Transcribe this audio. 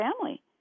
family